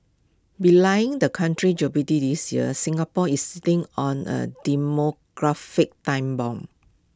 belying the country's jubilee this year Singapore is sitting on A demographic time bomb